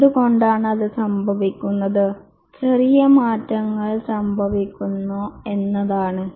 എന്തുകൊണ്ടാണ് അത് സംഭവിക്കുന്നത് ചെറിയ മാറ്റങ്ങൾ സംഭവിക്കുന്നു എന്നതാണ്